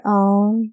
own